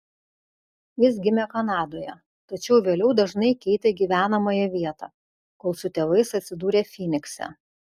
jis gimė kanadoje tačiau vėliau dažnai keitė gyvenamąją vietą kol su tėvais atsidūrė fynikse